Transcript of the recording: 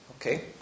Okay